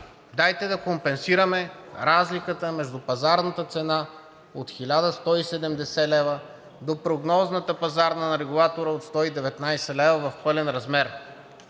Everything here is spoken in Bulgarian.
Дайте да компенсираме разликата между пазарната цена от 1170 лв. до прогнозната пазарна на Регулатора от 119 лв. в пълен размер.